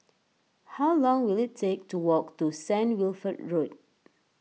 how long will it take to walk to Saint Wilfred Road